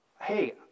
hey